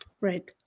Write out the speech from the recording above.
Right